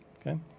Okay